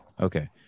Okay